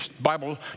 Bible